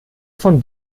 von